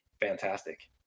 fantastic